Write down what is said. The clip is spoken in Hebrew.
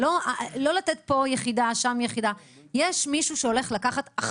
יש שקופית על כל